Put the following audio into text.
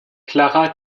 clara